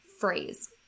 phrase